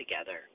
together